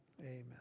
Amen